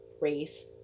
race